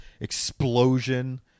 explosion